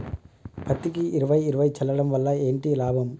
పత్తికి ఇరవై ఇరవై చల్లడం వల్ల ఏంటి లాభం?